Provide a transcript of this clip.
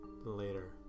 later